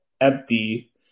empty